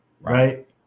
Right